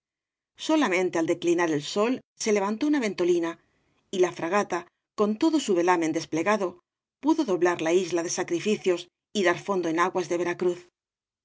solamente al declinar el sol se levantó una ventolina y la fragata con todo su velamen desplegado pudo doblar la isla de sacrificios y dar fondo en aguas de veracruz